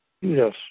Yes